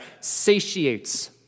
satiates